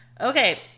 Okay